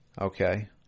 Okay